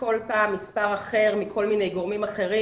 כל פעם מספר אחר מכל מיני גורמים אחרים,